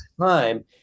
time